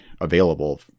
available